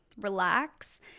relax